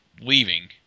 leaving